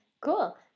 cool